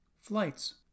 Flights